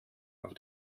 auf